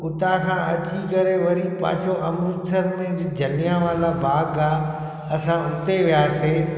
हुतां खां अची करे वरी पंहिंजो अमृतसर में जिते जलियावाला बाग आहे असां हुते वियासीं